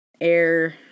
Air